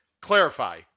clarify